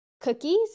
cookies